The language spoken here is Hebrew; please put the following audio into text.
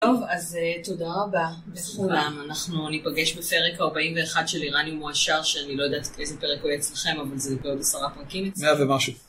טוב, אז תודה רבה לכולם, אנחנו ניפגש בפרק 41 של איראניום מועשר, שאני לא יודעת איזה פרק הוא אצלכם, אבל זה בעוד עשרה פרקים אצלנו. מאה ומשהו.